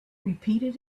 repeated